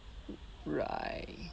right